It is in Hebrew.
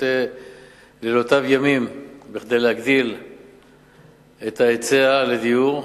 עושה לילותיו ימים כדי להגדיל את היצע הדיור.